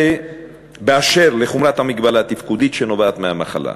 באשר לחומרת המגבלה התפקודית שנובעת מהמחלה,